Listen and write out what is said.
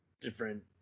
different